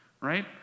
right